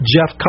Jeff